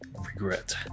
regret